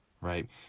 right